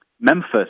memphis